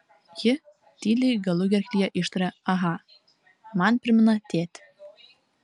ji tyliai galugerklyje ištaria aha man primena tėtį